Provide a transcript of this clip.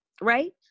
right